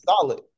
Solid